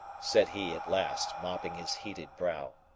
said he at last, mopping his heated brow.